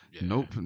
nope